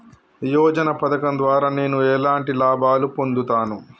యోజన పథకం ద్వారా నేను ఎలాంటి లాభాలు పొందుతాను?